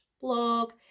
blog